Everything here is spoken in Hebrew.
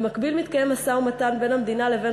במקביל מתקיים משא-ומתן בין המדינה לבין